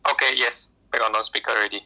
okay yes I am on non speaker already